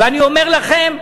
ואני אומר לכם: